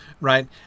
right